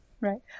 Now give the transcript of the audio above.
Right